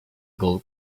gold